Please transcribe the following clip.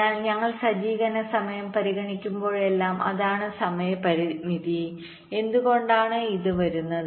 അതിനാൽ ഞങ്ങൾ സജ്ജീകരണ സമയം പരിഗണിക്കുമ്പോഴെല്ലാം അതാണ് സമയ പരിമിതി എന്തുകൊണ്ടാണ് ഇത് വരുന്നത്